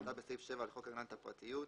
כהגדרתה בסעיף 7 לחוק הגנת הפרטיות,